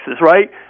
right